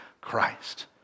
Christ